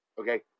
Okay